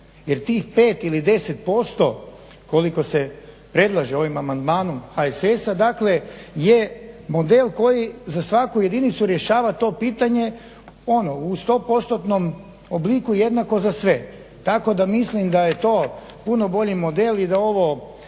jer tih 5 ili 10% koliko se predlaže ovim amandmanom HSS-a dakle je model koji za svaku jedinicu rješava to pitanje ono u stopostotnom obliku jednako za sve, tako da mislim da je to puno bolji model i da ovo